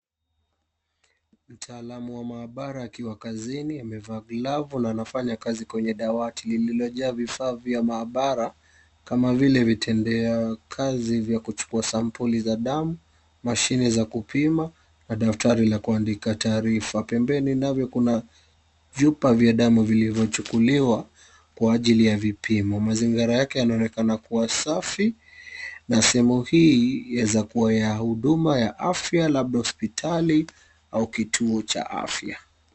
Mtaalamu wa mahabara akiwa kazini amevaa glavu na anafanya kazi kwenye dawati lililojaa vifaa vya mahabara kama vile vitendea kazi vya kuchukua sampuli za damu, mashine za kupima na daftari la kuandika taarifa. Pembeni navyo kuna vyupa vya damu vilivyochukuliwa, kwa ajili ya vpimo. Mazingira yake yanaonekana kuwa safi na sehemu hii yaweza kuwa ya huduma ya afya labda hospitali au kituo cha afya.